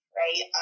right